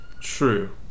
true